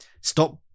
stop